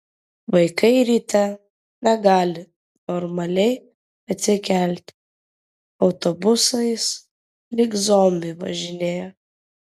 vaikai ryte negali normaliai atsikelti autobusais lyg zombiai važinėja